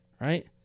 right